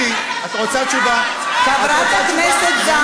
חברת הכנסת מיכל רוזין, אני מבקשת לשבת.